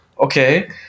okay